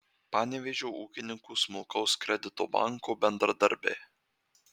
panevėžio ūkininkų smulkaus kredito banko bendradarbiai